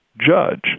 judge